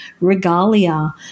regalia